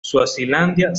suazilandia